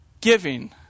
giving